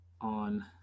on